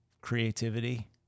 creativity